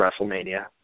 WrestleMania